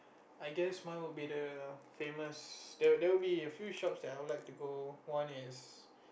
I guess mine would be the famous there there would be a few shops that I would like to go one is